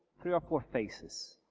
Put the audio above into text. three or four faces.